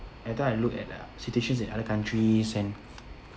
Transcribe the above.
at time I look at the situations in other countries and